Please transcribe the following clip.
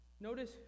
notice